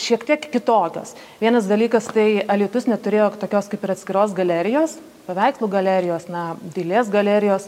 šiek tiek kitokios vienas dalykas tai alytus neturėjo tokios kaip ir atskiros galerijos paveikslų galerijos na dailės galerijos